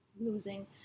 losing